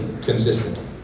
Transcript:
consistent